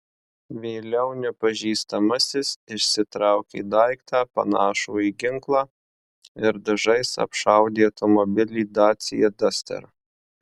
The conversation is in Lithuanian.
vėliau nepažįstamasis išsitraukė daiktą panašų į ginklą ir dažais apšaudė automobilį dacia duster